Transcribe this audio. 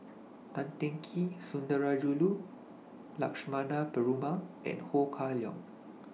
Tan Teng Kee Sundarajulu Lakshmana Perumal and Ho Kah Leong